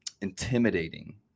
intimidating